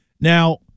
Now